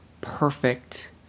perfect